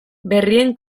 berrien